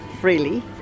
freely